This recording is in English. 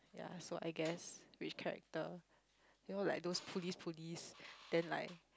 yeah so I guess which character you know like those police police then like